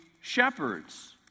shepherds